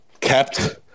kept